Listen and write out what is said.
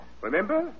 Remember